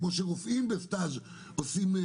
כמו שרופאים בסטאז' עושים,